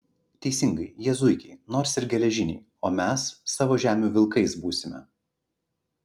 teisingai jie zuikiai nors ir geležiniai o mes savo žemių vilkais būsime